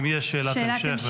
האם יש שאלת המשך?